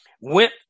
went